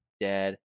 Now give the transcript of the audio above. dad